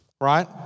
Right